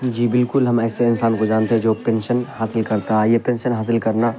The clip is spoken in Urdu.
جی بالکل ہم ایسے انسان کو جانتے ہیں جو پینشن حاصل کرتا ہے یہ پینشن حاصل کرنا